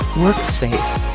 work space,